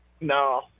no